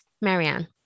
Marianne